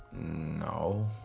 No